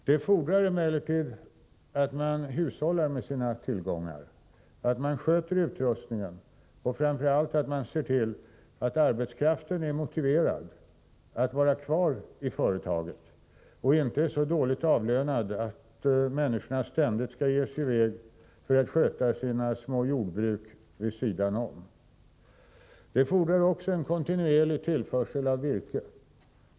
Detta fordrar emellertid att man hushållar med sina tillgångar, att man sköter utrustningen, och framför allt att man ser till att arbetskraften är motiverad att vara kvar i företaget och inte är så dåligt avlönad att människorna ständigt måste ge sig iväg för att sköta sina små jordbruk vid sidan om. Det fordrar också en kontinuerlig tillförsel av virke.